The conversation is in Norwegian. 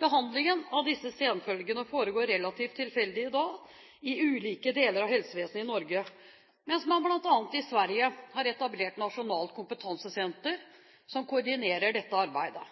Behandlingen av disse senfølgene foregår relativt tilfeldig i dag i ulike deler av helsevesenet i Norge, mens man bl.a. i Sverige har etablert et nasjonalt kompetansesenter som koordinerer dette arbeidet.